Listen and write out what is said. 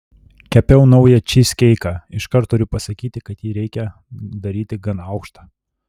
kepiau naują čyzkeiką iškart turiu pasakyti kad jį reikia daryti gan aukštą